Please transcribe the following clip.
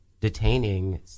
Detaining